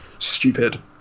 stupid